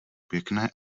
pěkné